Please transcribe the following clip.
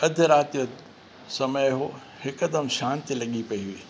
अधु रात जो समय हो हिकदमि शांती लॻी पई हुई